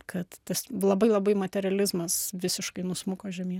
kad tas labai labai materializmas visiškai nusmuko žemyn